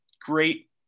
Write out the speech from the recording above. great